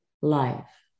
life